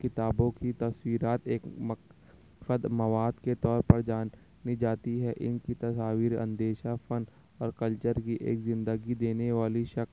کتابوں کی تصویرات ایک مقصد مواد کے طور پر جانی جاتی ہے ان کی تصاویر اندیشہ پن اور کلچر کی ایک زندگی دینے والی شکل